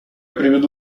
приведу